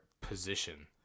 position